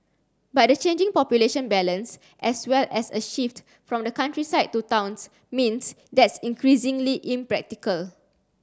but the changing population balance as well as a shift from the countryside to towns means that's increasingly impractical